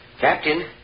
Captain